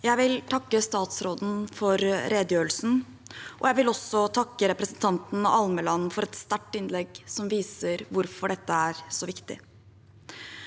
Jeg vil takke statsråden for redegjørelsen, og jeg vil også takke representanten Almeland for et sterkt innlegg, som vi ser hvorfor dette er så viktig.